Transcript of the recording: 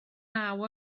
naw